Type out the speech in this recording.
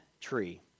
tree